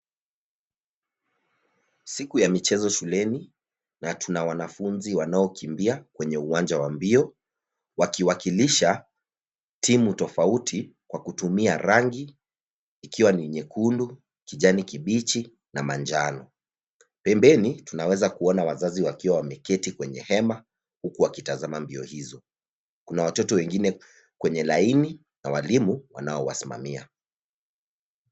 Siku ya michezo shuleni. Na tuna wanafunzi wanaokimbia kwenye uwanja wa mbio, wakiwakilisha timu tofauti kwa kutumia rangi ikiwa ni nyekundu, kijani kibichi, na manjano. Pembeni, tunaweza kuona wazazi wakiwa wameketi kwenye hema, huku wakitazama mbio hizo. Kuna watoto wengine kwenye laini, na walimu wanao wasimamia.